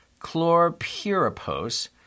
chlorpyrifos—